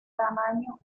tamaño